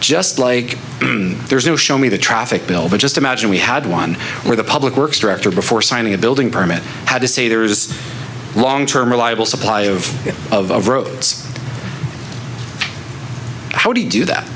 just like there's no show me the traffic bill but just imagine we had one where the public works director before signing a building permit had to say there is a long term reliable supply of it of roads how do you do that